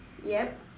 yup